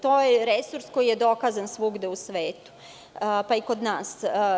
To je resurs koji je dokazan svuda u svetu, pa i kod nas.